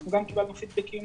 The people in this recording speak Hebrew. אנחנו גם קיבלנו פידבקים